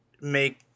make